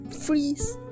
freeze